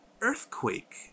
earthquake